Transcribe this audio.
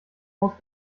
haus